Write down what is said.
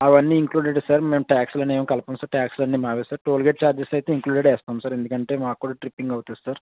అవన్నీ ఇంక్లూడెడే సార్ మేము ట్యాక్స్లు అనేవి ఏం కలపం సార్ ట్యాక్స్లు అన్నీ మావి సార్ టోల్గేట్ ఛార్జెస్ అయితే ఇంక్లూడెడ్ వేస్తాం సార్ ఎందుకంటే మాకు కూడా ట్రిప్పింగ్ అవుతుంది సార్